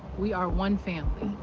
we are one family,